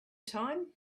time